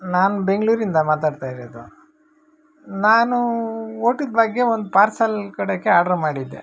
ನಾನು ಬೆಂಗಳೂರಿಂದ ಮಾತಾಡ್ತಾ ಇರೋದು ನಾನು ಊಟದ ಬಗ್ಗೆ ಒಂದು ಪಾರ್ಸಲ್ ಕೊಡಕ್ಕೆ ಆರ್ಡ್ರ ಮಾಡಿದ್ದೆ